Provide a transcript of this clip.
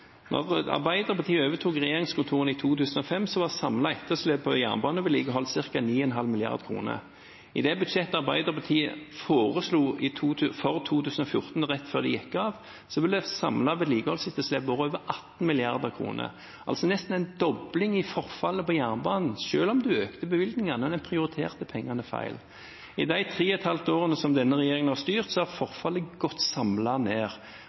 Arbeiderpartiet overtok regjeringskontorene i 2005, var det samlede etterslepet på jernbanevedlikeholdet ca. 9,5 mrd. kr. Med det budsjettet som Arbeiderpartiet foreslo for 2014, rett før de gikk av, ville det samlede vedlikeholdsetterslepet vært på over 18 mrd. kr – altså nesten en dobling i forfallet på jernbanen selv om en økte bevilgningene, for en prioriterte pengene feil. I de tre og et halvt årene som denne regjeringen har styrt, har forfallet gått samlet ned,